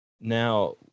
Now